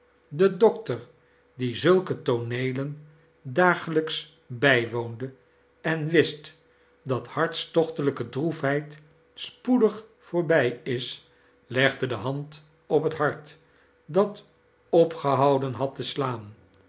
de dokter die zulke tooneelen dagelijks bijwoonde en wist dat harts tochtelijke droefheid spoedig voorbij is legde de hand op het hart dat opgehouden had te slaan